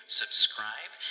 subscribe